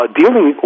dealing